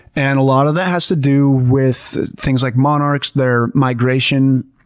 and a lot of that has to do with things like monarchs, their migration.